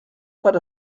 per